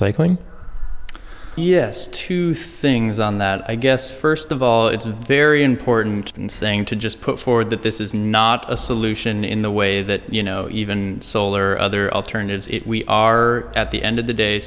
recycling yes two things on that i guess first of all it's a very important thing to just put forward that this is not a solution in the way that you know even solar other alternatives if we are at the end of the day